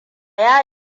ya